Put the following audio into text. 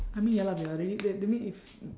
I mean ya lah we are already that that mean if